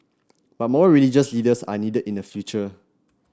but more religious leaders are needed in the future